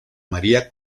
maría